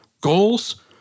goals